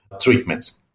treatments